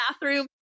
bathroom